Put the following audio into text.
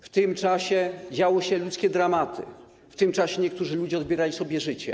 W tym czasie działy się ludzkie dramaty, w tym czasie niektórzy ludzie odbierali sobie życie.